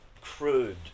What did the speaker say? crude